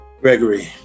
Gregory